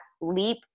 leap